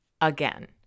again